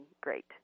great